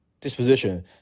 disposition